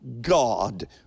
God